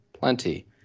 plenty